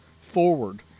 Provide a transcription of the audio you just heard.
forward